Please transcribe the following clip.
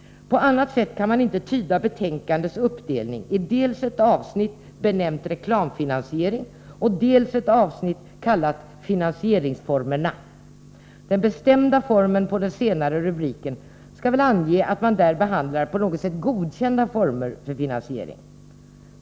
På annat sätt kan man inte tyda betänkandets uppdelning i dels ett avsnitt benämnt Reklamfinansiering, dels ett avsnitt kallat Finansieringsformerna. Den bestämda formen i den senare rubriken skall väl ange att man där behandlar på något sätt godkända former för finansiering.